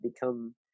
become